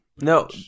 no